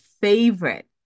favorite